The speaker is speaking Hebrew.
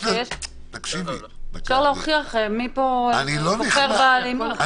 אפשר להוכיח מי פה בוחר באלימות.